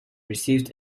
received